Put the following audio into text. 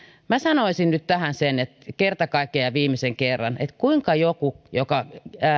minä sanoisin nyt tähän kerta kaikkiaan ja viimeisen kerran kuinka joku joka